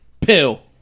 Pill